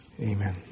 Amen